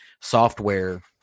software